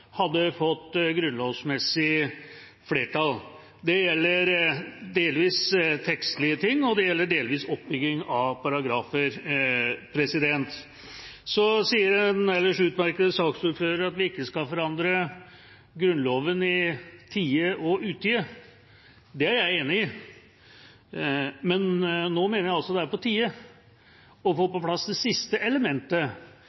hadde fått grunnlovsmessig flertall. Det gjelder delvis tekstlige ting, og det gjelder delvis oppbygging av paragrafer. En ellers utmerket saksordfører sier at vi ikke skal forandre Grunnloven i tide og utide. Det er jeg enig i. Men nå mener jeg det er på tide å få